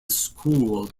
school